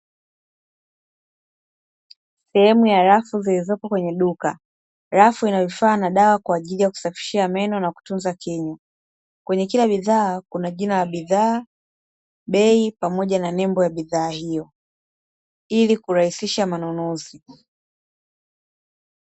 Sehemu ya rafu zilizopo kwenye duka. Rafu ina vifaa na dawa kwa ajili ya kusafishia meno na kutunza kinywa. Kwenye kila bidhaa kuna jina la bidhaa, bei, pamoja na nembo ya bidhaa hiyo, ili kurahisisha manunuzi.